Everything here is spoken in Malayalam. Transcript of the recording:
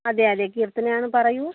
അതെയതെ കീർത്തനയാണ് പറയൂ